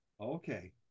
Okay